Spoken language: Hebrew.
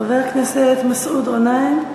חבר הכנסת מסעוד גנאים.